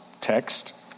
text